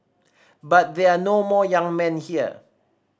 but there are no more young men here